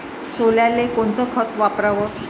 सोल्याले कोनचं खत वापराव?